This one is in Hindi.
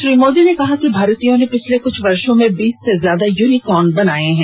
श्री मोदी ने कहा कि भारतीयों ने पिछले कुछ वर्षों में बीस से ज्यादा यूनिकॉर्न बनाए हैं